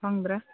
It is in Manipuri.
ꯈꯪꯗ꯭ꯔꯦ